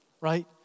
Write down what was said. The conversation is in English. right